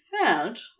felt